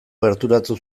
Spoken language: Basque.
gerturatu